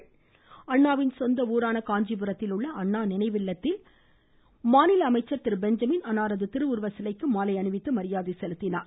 அவரது சொந்த ஊரான காஞ்சிபுரத்தில் உள்ள அண்ணா நினைவில்லத்தில் மாநில அமைச்சர் திரு பெஞ்சமின் அன்னாரது திருவுருவச் சிலைக்கு மாலை அணிவித்து மரியாதை செலுத்தினார்